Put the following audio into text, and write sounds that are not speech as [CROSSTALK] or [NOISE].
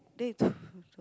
then he [BREATH]